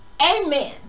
amen